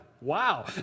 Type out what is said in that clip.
Wow